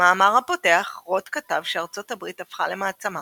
במאמר הפותח רוט כתב שארצות הברית הפכה למעצמה